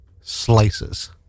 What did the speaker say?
slices